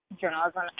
journalism